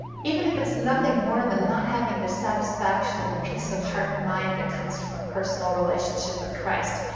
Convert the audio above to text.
even if it's nothing more than not having the satisfaction and the peace of heart and mind that comes from a personal relationship with christ.